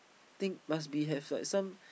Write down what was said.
think must be have like some